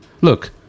look